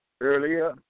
earlier